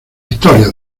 historias